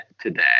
today